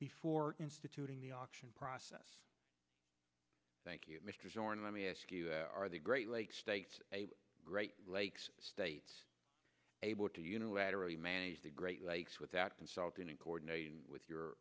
before instituting the auction process thank you mr zorn let me ask you are the great lakes states a great lakes state able to unilaterally manage the great lakes without consulting and coordinating with your